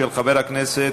של חבר הכנסת